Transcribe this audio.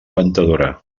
ventadora